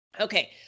Okay